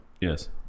Yes